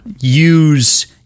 use